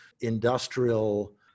industrial